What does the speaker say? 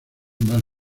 más